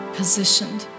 positioned